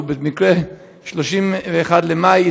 שהוא במקרה 31 במאי,